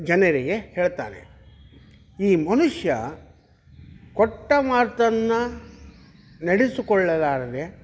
ಜನರಿಗೆ ಹೇಳ್ತಾನೆ ಈ ಮನುಷ್ಯ ಕೊಟ್ಟ ಮಾತನ್ನ ನಡೆಸ್ಕೊಳ್ಳಲಾರದೆ